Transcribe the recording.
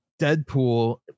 deadpool